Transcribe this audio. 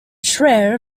schreyer